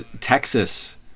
Texas